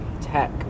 Tech